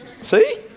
See